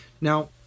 Now